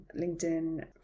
LinkedIn